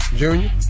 Junior